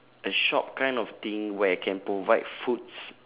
a shop kind of thing where I can provide foods